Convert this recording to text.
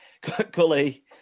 Cully